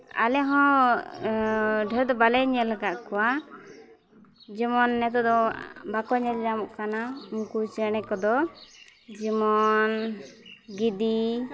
ᱟᱞᱮ ᱦᱚᱸ ᱰᱷᱮᱨ ᱫᱚ ᱵᱟᱞᱮ ᱧᱮᱞ ᱟᱠᱟᱫ ᱠᱚᱣᱟ ᱡᱮᱢᱚᱱ ᱱᱤᱛᱚᱜ ᱫᱚ ᱵᱟᱠᱚ ᱧᱮᱞ ᱧᱟᱢᱚᱜ ᱠᱟᱱᱟ ᱩᱱᱠᱩ ᱪᱮᱬᱮ ᱠᱚᱫᱚ ᱡᱮᱢᱚᱱ ᱜᱤᱫᱤ